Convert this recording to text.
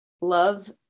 love